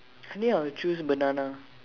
I think I will choose banana